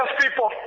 people